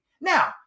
Now